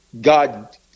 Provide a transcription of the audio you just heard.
God